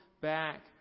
back